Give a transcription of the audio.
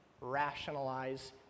rationalize